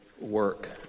work